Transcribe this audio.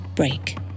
Break